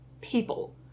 people